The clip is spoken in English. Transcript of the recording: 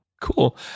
Cool